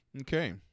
Okay